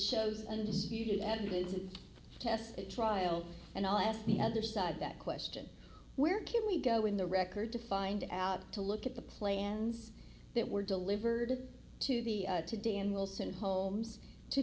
shows undisputed that includes a test at trial and i'll ask the other side that question where can we go in the record to find out to look at the plans that were delivered to the to dan wilson homes to